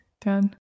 Done